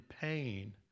pain